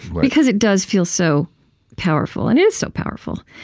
because it does feel so powerful. and it is so powerful.